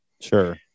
sure